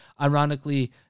ironically